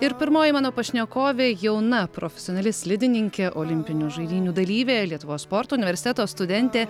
ir pirmoji mano pašnekovė jauna profesionali slidininkė olimpinių žaidynių dalyvė lietuvos sporto universiteto studentė